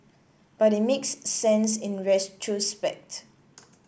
but it makes sense in retrospect